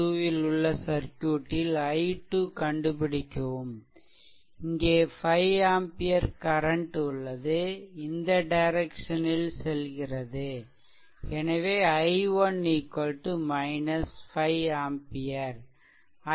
2 ல் உள்ள சர்க்யூட்டில் i2 கண்டுபிடிக்கவும்இங்கே 5 ஆம்பியர் கரண்ட் உள்ளது இந்த டைரக்ஷனில் செல்கிறது எனவே i1 5 ஆம்பியர்